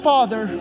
Father